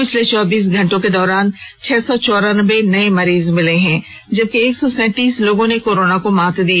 पिछले चौबीस घंटे के दौरान छह सौ चौरान्बे नए मरीज मिले हैं जबकि एक सौ सैंतीस लोगों ने कोरोना को मात दी